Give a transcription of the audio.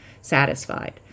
satisfied